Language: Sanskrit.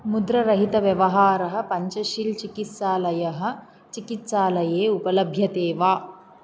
मुद्रारहितव्यवहार पञ्च्शीलचिकित्सालयः चिकित्सालये उपलभ्यते वा